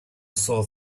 sore